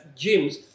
gyms